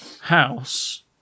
house